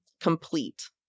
complete